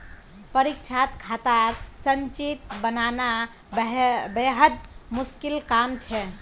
परीक्षात खातार संचित्र बनाना बेहद मुश्किल काम छ